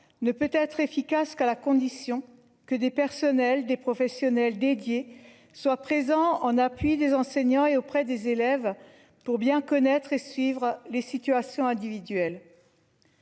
ne peut être efficace qu'à la condition que des personnels des professionnels dédiés soit présent en appui des enseignants et auprès des élèves pour bien connaître et suivre les situations individuelles.